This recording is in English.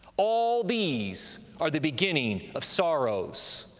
all these are the beginning of sorrows.